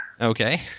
Okay